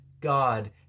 God